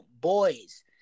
boys